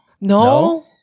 No